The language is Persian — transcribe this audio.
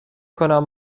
کنم